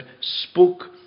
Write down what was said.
spoke